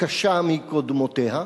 קשה מקודמותיה.